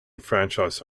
franchise